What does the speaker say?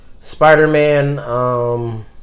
Spider-Man